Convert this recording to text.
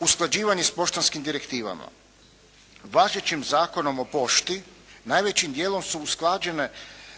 Usklađivanje s poštanskim direktivama. Važećim Zakonom o pošti najvećim dijelom su